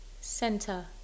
center